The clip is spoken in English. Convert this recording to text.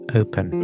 open